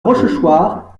rochechouart